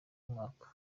mwaka